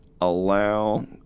allow